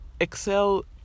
Excel